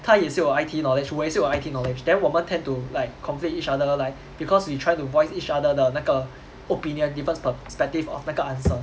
他也是有 it knowledge 我也是有 it knowledge then 我们 tend to like conflict each other like because we try to voice each other 的那个 opinion different perspective of 那个 answer